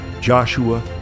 joshua